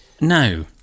No